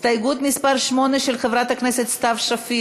ההסתייגות (7) של חברי הכנסת אורלי לוי אבקסיס,